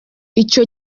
icyo